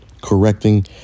correcting